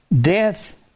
death